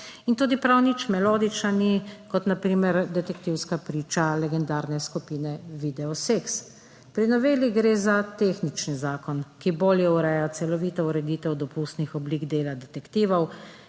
In tudi prav nič melodična ni kot na primer Detektivska priča legendarne skupine Videosex. Pri noveli gre za tehnični zakon, ki bolje ureja celovito ureditev dopustnih oblik dela detektivov.